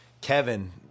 Kevin